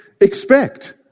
expect